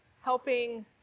helping